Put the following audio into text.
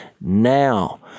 now